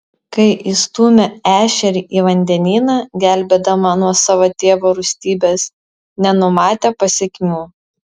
kai įstūmė ešerį į vandenyną gelbėdama nuo savo tėvo rūstybės nenumatė pasekmių